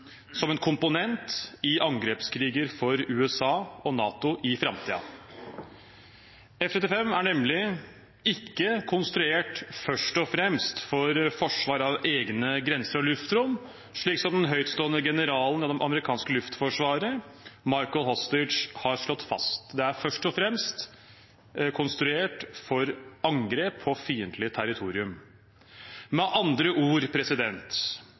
som en komponent i angrepskriger for USA og NATO i framtiden. F-35 er nemlig ikke konstruert først og fremst for forsvar av egne grenser og luftrom, noe den høytstående generalen i det amerikanske luftforsvaret Michael Hostage har slått fast. Det er først og fremst konstruert for angrep på fiendtlig territorium. Med andre ord: